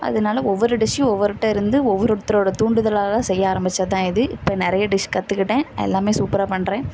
அதனால ஒவ்வொரு டிஷ்ஷையும் ஒவ்வொருகிட்ட இருந்து ஒவ்வொருத்தரோடய தூண்டுதலால் செய்ய ஆரம்பித்தது தான் இது இப்போ நிறைய டிஷ் கற்றுக்கிட்டேன் எல்லாமே சூப்பராக பண்ணுறேன்